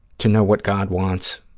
to know what god wants